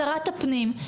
שרת הפנים,